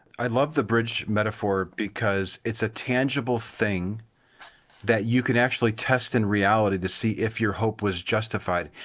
i love the bridge metaphor because it's a tangible thing that you can actually test in reality to see if your hope was justified.